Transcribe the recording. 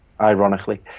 ironically